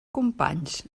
companys